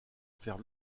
faire